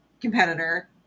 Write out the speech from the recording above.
competitor